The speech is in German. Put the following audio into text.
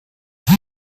sie